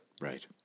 Right